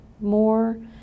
more